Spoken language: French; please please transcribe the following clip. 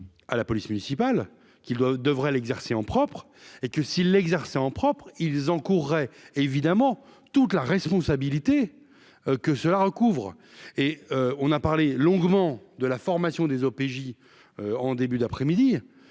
à la police municipale qui doivent devrait l'exercer en propre et que s'il l'exerçait en propre, ils encouraient évidemment toute la responsabilité que cela recouvre et on a parlé longuement de la formation des OPJ en début d'après-midi.